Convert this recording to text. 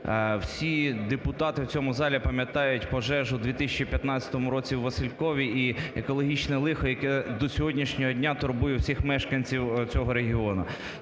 всі депутати в цьому залі пам'ятають пожежу в 2015 році в Василькові, і екологічне лихо, яке до сьогоднішнього дня турбує всіх мешканців цього регіону.